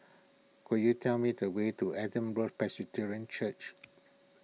could you tell me the way to Adam Road Presbyterian Church